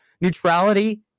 Neutrality